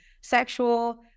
sexual